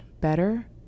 better